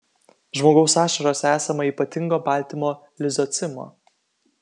žmogaus ašarose esama ypatingo baltymo lizocimo